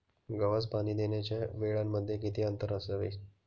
गव्हास पाणी देण्याच्या वेळांमध्ये किती अंतर असावे?